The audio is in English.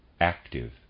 active